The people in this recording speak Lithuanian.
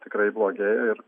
tikrai blogėja ir